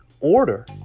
order